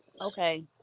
okay